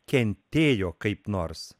kentėjo kaip nors